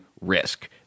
risk